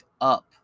UP